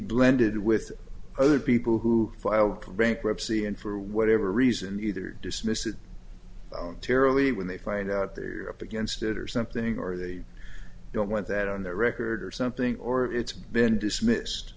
blended with other people who filed bankruptcy and for whatever reason either dismiss it terribly when they find out there you're up against it or something or they don't want that on their record or something or it's been dismissed